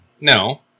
No